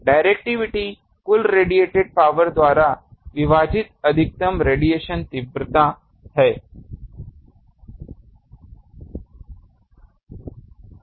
directivity कुल radiate power द्वारा विभाजित अधिकतम रेडिएशन तीव्रता है